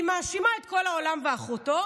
היא מאשימה את כל העולם ואחותו.